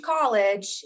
college